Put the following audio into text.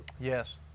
yes